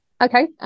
Okay